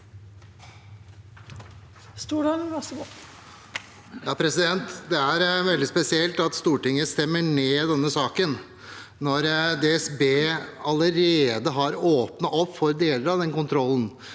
Det er veldig spesielt at Stortinget stemmer ned denne saken når DSB allerede har åpnet opp for deler av den kontrollen,